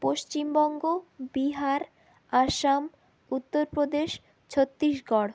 Paschimbanga Bihar Assam Uttar Pradesh Chhattisgarh